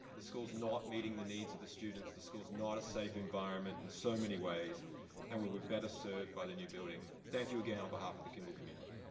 the schools not meeting the needs of the students the schools not a safe environment in so many ways and would be better served by the new building. thank you again on behalf of the kimball community.